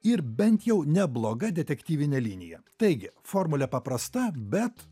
ir bent jau nebloga detektyvinė linija taigi formulė paprasta bet